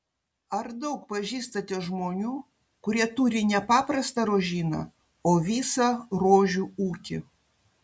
ar daug pažįstate žmonių kurie turi ne paprastą rožyną o visą rožių ūkį